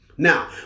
Now